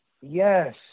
yes